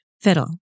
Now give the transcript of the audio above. fiddle